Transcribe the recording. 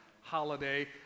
holiday